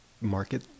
market